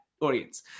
audience